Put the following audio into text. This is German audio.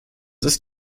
ist